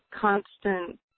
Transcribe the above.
constant